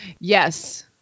Yes